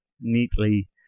neatly